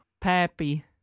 Pappy